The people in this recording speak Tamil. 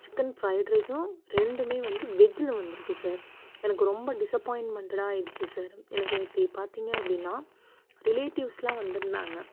சிக்கன் ஃப்ரைட் ரைஸும் ரெண்டுமே வந்து வெஜ்ஜில் வந்துருக்கு சார் எனக்கு ரொம்ப டிஸப்பாயின்மெண்டடாக ஆகிடுச்சு சார் எனக்கு நேற்று பார்த்தீங்க அப்படின்னா ரிலேடிவ்ஸ்லாம் வந்திருந்தாங்க